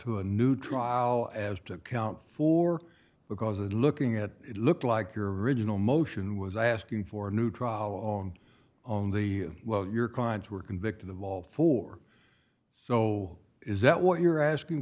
to a new trial as to count four because of looking at it looked like your original motion was asking for a new trial on only well your crimes were convicted of all four so is that what you're asking